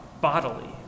bodily